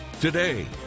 Today